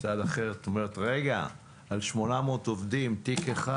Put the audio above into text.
מצד שני את אומרת: רגע, על 800 עובדים תיק אחד